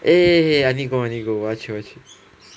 eh I need go I need go 我要去我要去